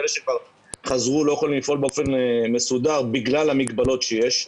ואלה שכבר חזרו לא יכולים לפעול באופן מסודר בגלל המגבלות שיש.